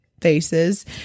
faces